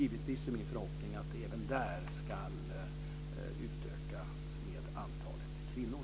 Givetvis är det min förhoppning att antalet kvinnor ska utökas även där.